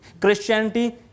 Christianity